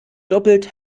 doppelt